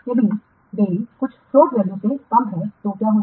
यदि देरी कुल फ्लोट वैल्यू से कम है तो क्या होगा